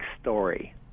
story